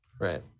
right